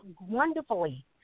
wonderfully